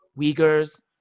Uyghurs